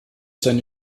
seine